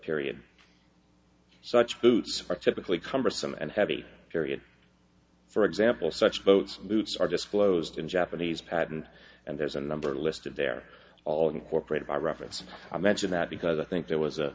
period so much boots are typically cumbersome and heavy period for example such boats moots are disclosed in japanese patent and there's a number listed there already corporate by reference i mention that because i think there was